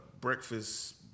breakfast